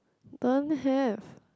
don't have